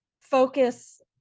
focus